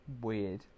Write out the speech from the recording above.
Weird